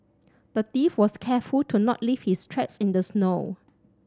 the thief was careful to not leave his tracks in the snow